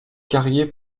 carrier